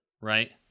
right